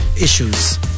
issues